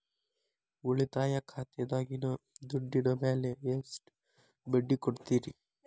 ಉಳಿತಾಯ ಖಾತೆದಾಗಿನ ದುಡ್ಡಿನ ಮ್ಯಾಲೆ ಎಷ್ಟ ಬಡ್ಡಿ ಕೊಡ್ತಿರಿ?